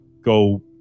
go